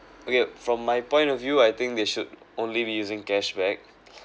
okay from my point of view I think they should only be using cash back